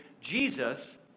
Jesus